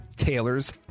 Taylor's